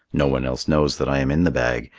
no one else knows that i am in the bag,